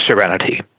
serenity